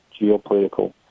geopolitical